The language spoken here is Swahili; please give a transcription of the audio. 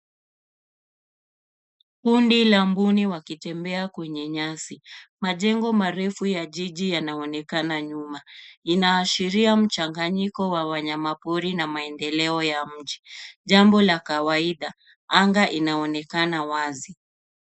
Kundi la mbuni wakitembea kwenye nyasi. Majengo mareufu ya jiji yanaonekana nyuma. Inaashiria mchanganyiko wa wanyamapori na mendeleo ya mji, jambo la kawaida. Anga linaonekana wazi.